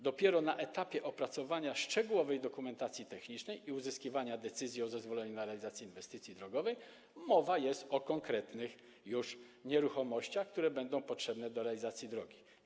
Dopiero na etapie opracowywania szczegółowej dokumentacji technicznej i uzyskiwania decyzji o zezwoleniu na realizację inwestycji drogowej mowa jest już o konkretnych nieruchomościach, które będą potrzebne do realizacji drogi.